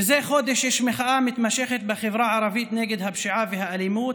מזה חודש יש מחאה מתמשכת בחברה הערבית נגד הפשיעה והאלימות,